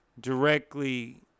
directly